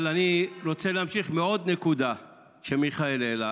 אני רוצה להמשיך עוד נקודה שמיכאל העלה.